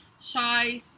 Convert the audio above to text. Shy